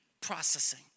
processing